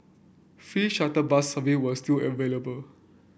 free shuttle bus service were still available